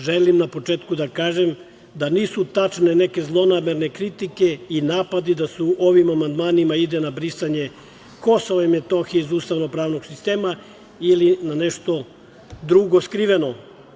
Želim na početku da kažem da nisu tačne neke zlonamerne kritike i napadi da se ovim amandmanima ide na brisanje Kosova i Metohije iz ustavnopravnog sistema ili na nešto drugo skriveno.